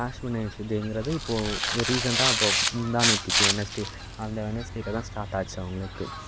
ash வென்னஸ்டேங்கிறது இப்போது ரீசன்ட்டாக அப்போது முந்தா நேத்திக்கு வென்னஸ்டே அந்த வென்னஸ்டேவுக்கு தான் ஸ்டார்ட் ஆச்சு அவங்களுக்கு